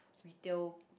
retail